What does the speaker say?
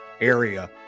area